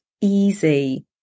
easy